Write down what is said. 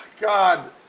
God